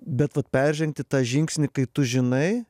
bet vat peržengti tą žingsnį kai tu žinai